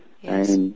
Yes